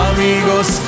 Amigos